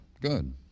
Good